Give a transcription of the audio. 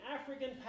African